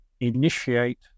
initiate